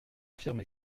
affirmer